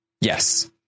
Yes